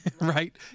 right